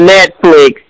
Netflix